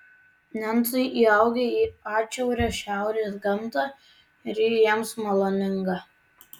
nencai įaugę į atšiaurią šiaurės gamtą ir ji jiems maloninga